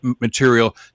material